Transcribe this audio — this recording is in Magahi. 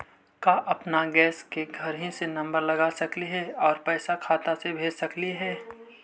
का अपन गैस के घरही से नम्बर लगा सकली हे और पैसा खाता से ही भेज सकली हे?